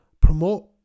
promote